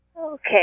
Okay